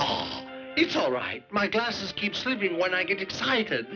right it's all right my glasses keep slipping when i get excited